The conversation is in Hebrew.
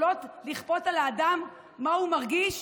יכולה לכפות על האדם מה הוא מרגיש